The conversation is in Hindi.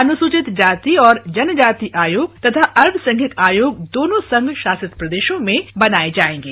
अनुसूचित जाति और जनजाति आयोग तथा अल्पसंख्यक आयोग दोनों संघ शासित प्रदेशों में बनाए जाएंगे